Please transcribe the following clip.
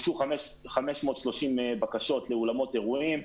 הוגשו 530 בקשות לאולמות אירועים,